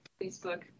Facebook